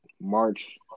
March